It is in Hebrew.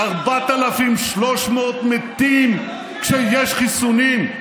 4,300 מתים כשיש חיסונים.